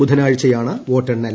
ബുധനാഴ്ചയാണ് വോട്ടെണ്ണൽ